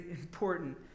important